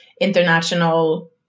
international